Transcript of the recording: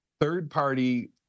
third-party